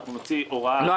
אנחנו נוציא הוראה --- לא,